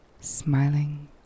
smiling